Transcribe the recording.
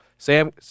Sam